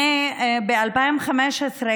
ב-2015,